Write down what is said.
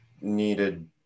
needed